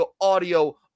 audio